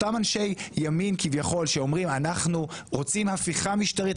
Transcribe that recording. אותם אנשי ימין כביכול שאומרים אנחנו רוצים הפיכה משטרית,